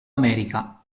america